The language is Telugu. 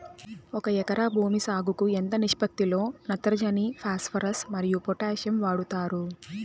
ఒక ఎకరా భూమి సాగుకు ఎంత నిష్పత్తి లో నత్రజని ఫాస్పరస్ మరియు పొటాషియం వాడుతారు